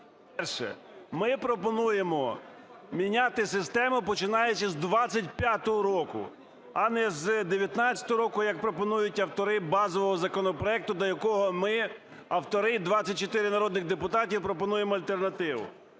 Перше, ми пропонуємо міняти систему, починаючи з 25-го року, а не з 19-го року, як пропонують автори базового законопроекту, до якого ми, автори – 24 народних депутати, пропонуємо альтернативу.